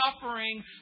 suffering